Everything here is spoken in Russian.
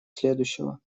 следующего